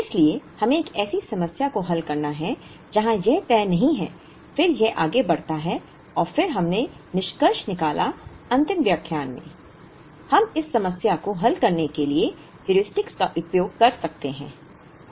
इसलिए हमें एक ऐसी समस्या को हल करना है जहां यह तय नहीं है फिर यह आगे बढ़ता है और फिर हमने निष्कर्ष निकाला अंतिम व्याख्यान में हम इस समस्या को हल करने के लिए Heuristics का उपयोग कर सकते हैं